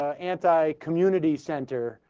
anti community center